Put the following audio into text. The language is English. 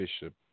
Bishop